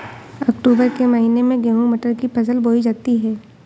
अक्टूबर के महीना में गेहूँ मटर की फसल बोई जाती है